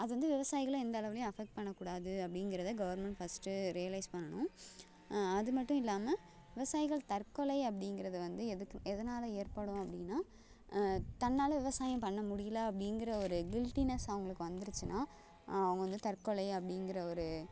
அது வந்து விவசாயிகளை எந்த அளவுலேயும் அஃபெக்ட் பண்ணக்கூடாது அப்படிங்கிறத கவர்மெண்ட் ஃபஸ்ட்டு ரியலைஸ் பண்ணணும் அது மட்டும் இல்லாமல் விவசாயிகள் தற்கொலை அப்படிங்கறத வந்து எதுக்கு எதனால் ஏற்படும் அப்படின்னா தன்னால் விவசாயம் பண்ண முடியலை அப்படிங்கற ஒரு கில்டினெஸ் அவர்களுக்கு வந்துருச்சுன்னால் அவங்கள் வந்து தற்கொலை அப்படிங்கற ஒரு